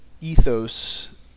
ethos